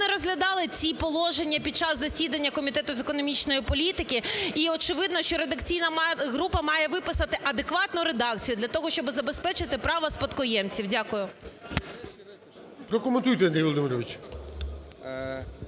редакційна група має виписати адекватну редакцію для того, щоби забезпечити право спадкоємців. Дякую.